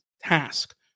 task